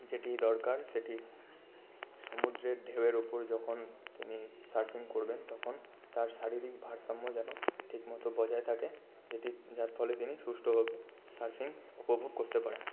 যেটি দরকার সেটি সমুদ্রের ঢেউয়ের ওপর যখন তিনি সার্ফিং করবেন তখন তার শারীরিক ভারসাম্য যেন ঠিকমতো বজায় থাকে যেটির ফলে তিনি সুষ্ঠুভাবে সার্ফিং উপভোগ করতে পারেন